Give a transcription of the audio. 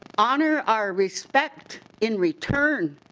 honor our respect in return.